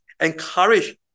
Encourage